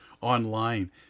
online